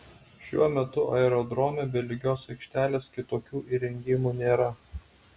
šiuo metu aerodrome be lygios aikštelės kitokių įrengimų nėra